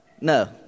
no